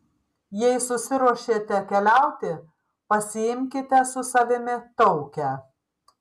jei susiruošėte keliauti pasiimkite su savimi taukę